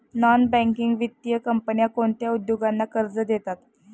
Non banking वित्तीय कंपन्या कोणत्या उद्योगांना कर्ज देतात?